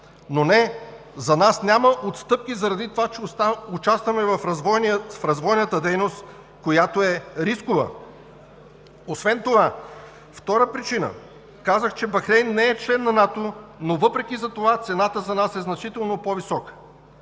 Но, не – за нас няма отстъпки заради това, че участваме в развойната дейност, която е рискова. Освен това – втора причина, казах, че Бахрейн не е член на НАТО, но въпреки това цената за нас е значително по-висока.